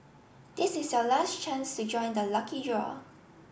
this is your last chance join the lucky draw